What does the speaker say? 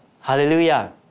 Hallelujah